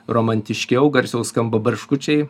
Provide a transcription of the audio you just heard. romantiškiau garsiau skamba barškučiai